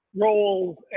roles